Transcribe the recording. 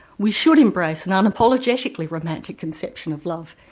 we should embrace an unapologetically romantic conception of love.